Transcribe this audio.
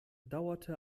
dauerte